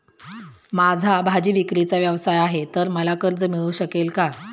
माझा भाजीविक्रीचा व्यवसाय आहे तर मला कर्ज मिळू शकेल का?